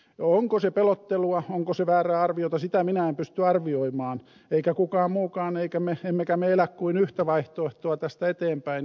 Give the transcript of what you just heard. onko se pelottelua onko se väärää arviota sitä minä en pysty arvioimaan eikä kukaan muukaan emmekä me elä kuin yhtä vaihtoehtoa tästä eteenpäin